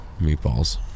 Meatballs